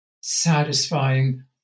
satisfying